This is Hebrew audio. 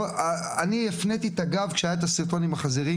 אני הפניתי את הגב כשהיה הסרטון עם החזירים